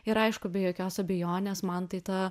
ir aišku be jokios abejonės man tai ta